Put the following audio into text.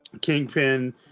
Kingpin